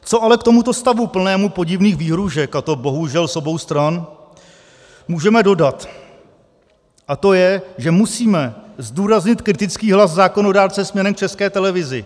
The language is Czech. Co ale k tomuto stavu plnému podivných výhrůžek, a to bohužel z obou stran, můžeme dodat, a to je, že musíme zdůraznit kritický hlas zákonodárce směrem k České televizi.